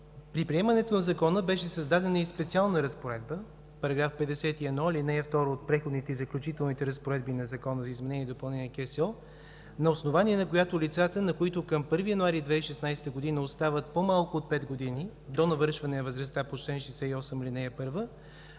При приемането на Закона беше създадена и специална разпоредба –§ 51, ал. 2 от Преходните и заключителни разпоредби на Закона за изменение и допълнение на КСО, на основание на която лицата, на които към 1 януари 2016 г., остават по-малко от пет години до навършване на възрастта по чл. 68,